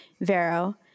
Vero